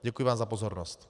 Děkuji vám za pozornost.